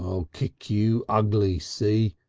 um i'll kick you ugly, see?